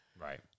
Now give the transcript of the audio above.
Right